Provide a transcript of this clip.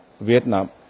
Vietnam